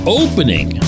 opening